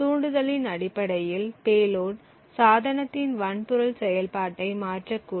தூண்டுதலின் அடிப்படையில் பேலோட் சாதனத்தின் வன்பொருள் செயல்பாட்டை மாற்றக்கூடும்